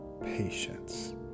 patience